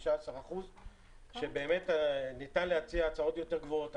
15% שבאמת ניתן להציע הצעות עוד יותר גבוהות.